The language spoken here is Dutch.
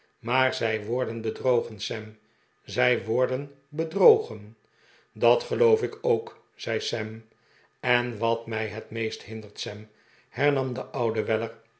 maar zij worden bedrogen sam zij worden bedrogen dat geloof ik ook zei sam en wat mij het meest hindert sam hernam de oude weller